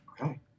Okay